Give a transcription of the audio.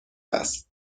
است